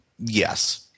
Yes